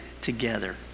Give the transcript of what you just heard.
together